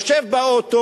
הוא יושב באוטו,